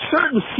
certain